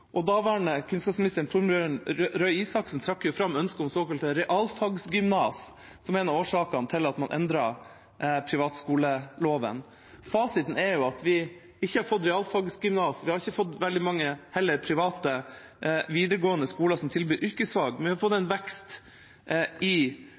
og daværende kunnskapsminister, Torbjørn Røe Isaksen, trakk fram ønsket om såkalte realfagsgymnas som en av årsakene til at man endret privatskoleloven. Fasiten er at vi ikke har fått realfagsgymnas, vi har heller ikke fått veldig mange private videregående skoler som tilbyr yrkesfag, men vi har fått